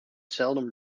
seldom